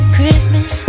Christmas